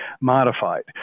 modified